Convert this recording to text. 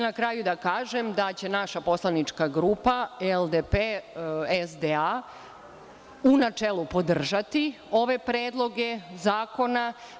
Na kraju da kažem, da će naša poslanička grupa LDP-SDA u načelu podržati ove predloge zakona.